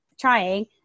trying